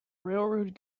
railroad